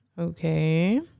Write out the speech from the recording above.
Okay